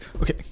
Okay